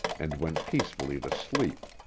and went peacefully to sleep.